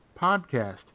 podcast